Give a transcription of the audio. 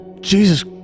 Jesus